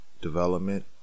development